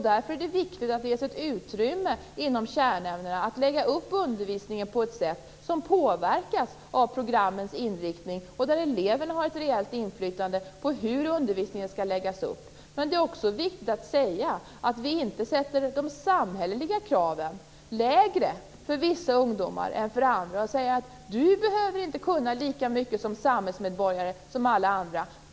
Därför är det viktigt att det ges utrymme inom kärnämnena att lägga upp undervisningen på ett sätt som påverkas av programmens inriktning och där eleverna har ett reellt inflytande på hur undervisningen skall läggas upp. Men det är också viktigt att säga att vi inte sätter de samhälleliga kraven lägre för vissa ungdomar än för andra. Vi säger inte till en del: Du behöver inte kunna lika mycket som samhällsmedborgare som alla andra.